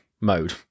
mode